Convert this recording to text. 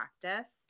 practice